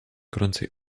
gorącej